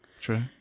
True